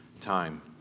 time